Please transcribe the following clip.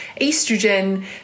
estrogen